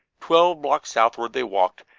twelve blocks southward they walked,